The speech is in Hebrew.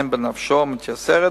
הן בנפשו המתייסרת